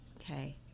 okay